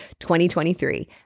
2023